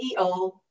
CEO